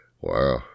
Wow